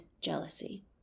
jealousy